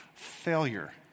failure